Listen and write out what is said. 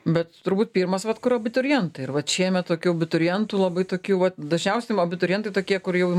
bet turbūt pirmas vat kur abiturientai ir vat šiemet tokių abiturientų labai tokių va dažniausiam abiturientai tokie kur jau